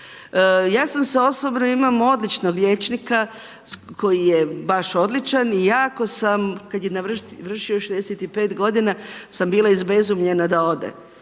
Ja sam se osobno imam odličnog liječnika koji je baš odličan i jako sam, kad je navršio 65 godina sam bila izbezumljena da ode